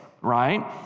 right